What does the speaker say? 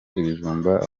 ibijumba